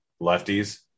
lefties